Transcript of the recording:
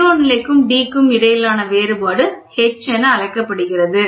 0 நிலைக்கும் D க்கும் இடையிலான வேறுபாடு H என அழைக்கப்படுகிறது